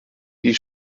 die